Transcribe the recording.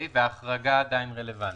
וההחרגה עדיין רלוונטית?